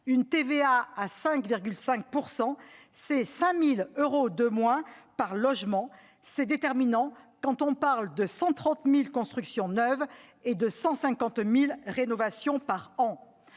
une TVA à 5,5 %, c'est 5 000 euros de moins par logement, ce qui est déterminant quand on parle de 130 000 constructions neuves et de 150 000 rénovations par an.